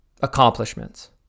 accomplishments